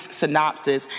synopsis